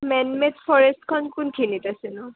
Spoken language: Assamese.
মেন মেড ফৰেষ্টখন কোনখিনিত আছে ন